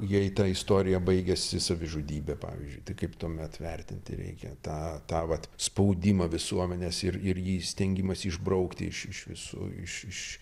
jei ta istorija baigiasi savižudybe pavyzdžiui kaip tuomet vertinti reikia tą tą vat spaudimą visuomenės ir ir jį stengimąsi išbraukti iš iš visų iš